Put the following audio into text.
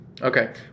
Okay